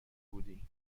بودی